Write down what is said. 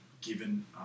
given